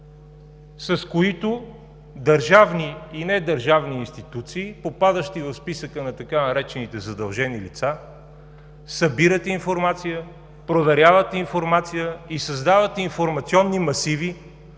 с които държавни и недържавни институции, попадащи в списъка на така наречените „задължени лица“, събират информация, проверяват информация и създават информационни масиви